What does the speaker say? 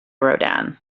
rodin